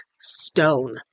stone